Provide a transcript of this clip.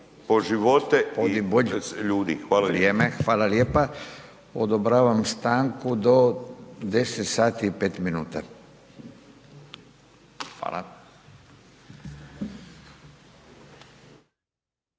G. Bulj, vrijeme, hvala lijepa. Odobravam stanku do 10 sati i 5 minuta, hvala.